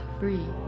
free